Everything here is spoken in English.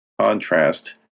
contrast